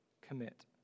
commit